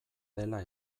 dela